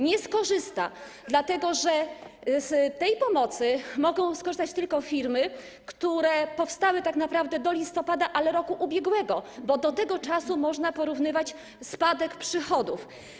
Nie skorzysta, dlatego że z tej pomocy mogą skorzystać tylko firmy, które powstały tak naprawdę do listopada, ale roku ubiegłego, bo do tego czasu można porównywać spadek przychodów.